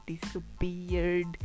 disappeared